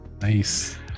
Nice